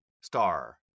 star